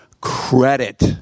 credit